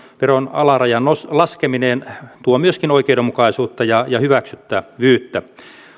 alarajan laskeminen tuo myöskin oikeudenmukaisuutta ja ja hyväksyttävyyttä